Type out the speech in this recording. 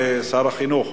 שר החינוך,